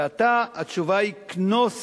ועתה, התשובה היא "כנוס